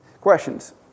Questions